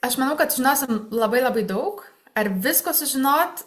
aš manau kad žinosim labai labai daug ar visko sužinot